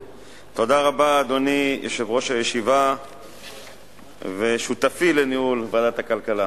אדוני יושב-ראש הישיבה ושותפי לניהול ועדת הכלכלה,